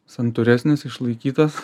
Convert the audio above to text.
santūresnis išlaikytas